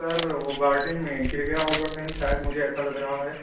سر وہ گارڈن میں گر گیا ہوگا کہیں شائد مجھے ایسا لگ رہا ہے